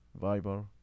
Viber